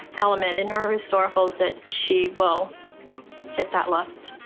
element in her historicals that she will get that list.